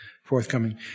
Forthcoming